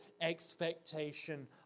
expectation